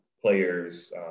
players